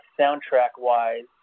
soundtrack-wise